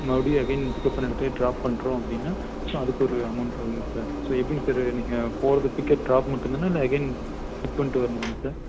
மறுபடியும் again pickup பண்ண இடத்துலியே ட்ராப் பண்ணுறோம் அப்படினா ஸோ அதற்கு ஒரு அமௌன்ட் வருங்க சார் ஸோ எப்படிங் சார் நீங்கள் போகறது பிக்அப் ட்ராப் மட்டும்தான்னா இல்லை அகைன் பிக் பண்ணிட்டு வர்ணுமாங்க சார்